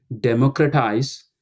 democratize